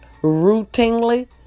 Routinely